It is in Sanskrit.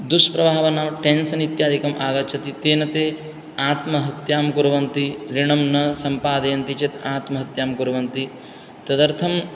दुष्प्रभावः नाम टेन्शन् इत्यादिकम् आगच्छति तेन ते आत्महत्यां कुर्वन्ति ऋणं न सम्पादयन्ति चेत् आत्महत्यां कुर्वन्ति तदर्थं